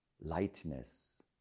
lightness